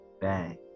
Bang